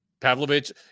Pavlovich